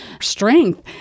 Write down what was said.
strength